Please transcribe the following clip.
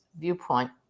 viewpoint